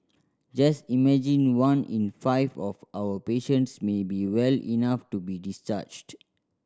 just imagine one in five of our patients may be well enough to be discharged